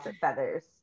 feathers